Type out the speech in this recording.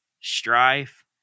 strife